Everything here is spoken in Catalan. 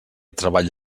treball